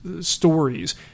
stories